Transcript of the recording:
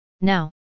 Now